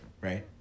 Right